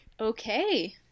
Okay